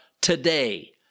today